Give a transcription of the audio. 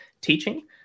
teaching